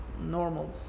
normal